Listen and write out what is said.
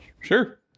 Sure